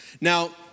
Now